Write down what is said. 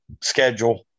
schedule